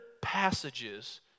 passages